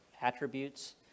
attributes